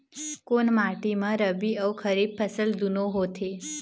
कोन माटी म रबी अऊ खरीफ फसल दूनों होत हे?